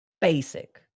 basic